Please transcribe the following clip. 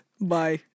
Bye